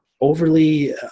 overly